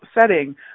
setting